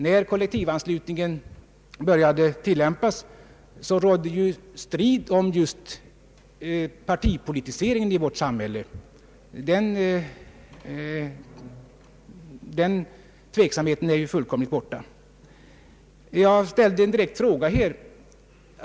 När kollektivanslutningen började tillämpas rådde ju strid om just partipolitiseringen i vårt samhälle. Tveksamheten på det området är fullkomligt borta nu. I mitt förra anförande ställde jag en direkt fråga.